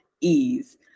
ease